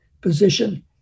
position